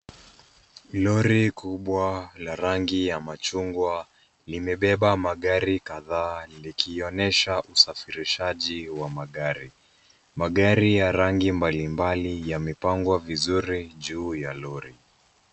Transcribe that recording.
Lori kubwa la rangi ya machungwa limebeba magari kadhaa likionyesha usafirishaji wa magari. Magari ya rangi mbalimbali yamepangwa vizuri juu ya lori.